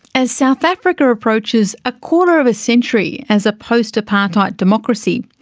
as south africa approaches a quarter of a century as a post-apartheid democracy,